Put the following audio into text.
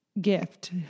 gift